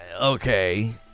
okay